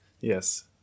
Yes